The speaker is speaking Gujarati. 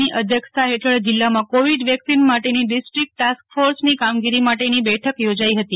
ની અધ્યક્ષતા ફેઠળ જિલ્લામાં કોવીડ વેકસીન માટેની ડિસ્ટ્રીકટ ટાસ્કફોર્સ ડીટીએફ ની કામગીરી માટેની બેઠક યોજાઇ હતી